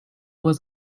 was